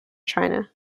china